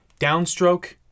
downstroke